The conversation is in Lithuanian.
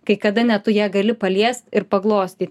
kai kada net tu ją gali paliest ir paglostyt